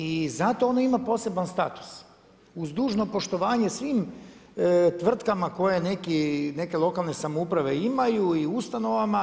I zato ono ima poseban status uz dužno poštovanje svim tvrtkama koje neke lokalne samouprave imaju i u ustanovama.